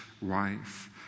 wife